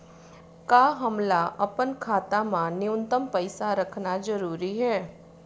का हमला अपन खाता मा न्यूनतम पईसा रखना जरूरी हे?